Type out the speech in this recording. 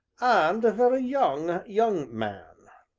and a very young, young man.